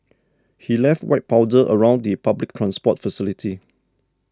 he left white powder around the public transport facility